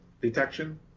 detection